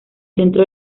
centro